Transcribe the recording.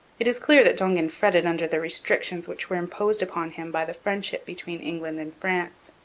it is clear that dongan fretted under the restrictions which were imposed upon him by the friendship between england and france.